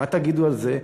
מה תגידו על זה?